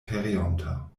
pereonta